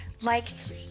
liked